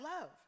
love